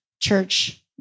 church